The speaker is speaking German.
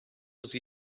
sie